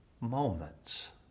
moments